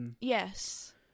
Yes